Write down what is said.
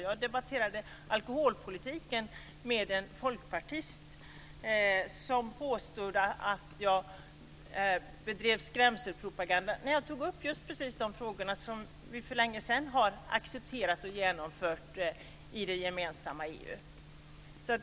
Jag debatterade alkoholpolitiken med en folkpartist, som påstod att jag bedrev skrämselpropaganda. Jag tog upp precis de frågor som vi för länge sedan har accepterat och genomfört i det gemensamma EU.